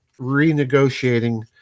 renegotiating